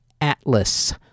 Atlas